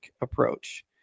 approach